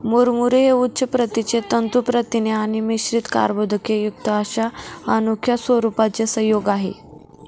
मुरमुरे हे उच्च प्रतीचे तंतू प्रथिने आणि मिश्रित कर्बोदकेयुक्त अशा अनोख्या स्वरूपाचे संयोग आहे